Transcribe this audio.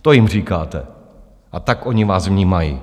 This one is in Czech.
To jim říkáte, a tak oni vás vnímají.